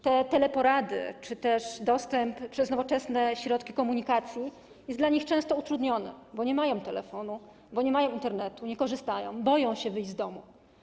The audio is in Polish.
Te teleporady czy też dostęp przez nowoczesne środki komunikacji jest dla nich często utrudniony, bo nie mają telefonu, bo nie mają Internetu, nie korzystają, boją się wyjść z domu.